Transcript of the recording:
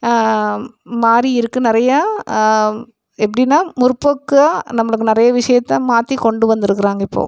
மாறி இருக்குது நிறையா எப்படின்னா முற்போக்காக நம்மளுக்கு நிறைய விஷயத்த மாற்றி கொண்டு வந்திருக்குறாங்க இப்போது